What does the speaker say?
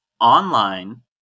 online